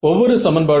0 சரியா